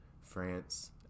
france